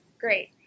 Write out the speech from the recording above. great